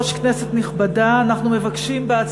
אנחנו עוברים לנושא הבא,